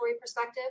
perspective